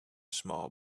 small